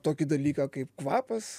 tokį dalyką kaip kvapas